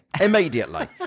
immediately